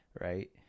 right